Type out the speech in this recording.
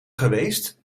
geweest